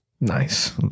Nice